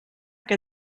que